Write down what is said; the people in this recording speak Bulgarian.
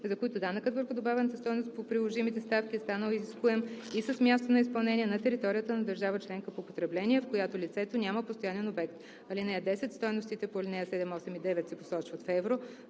за които данъкът върху добавената стойност по приложимите ставки е станал изискуем, и са с място на изпълнение на територията на държава членка по потребление, в която лицето няма постоянен обект. (10) Стойностите по ал. 7, 8 и 9 се посочват в евро.